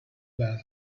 bed